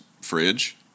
fridge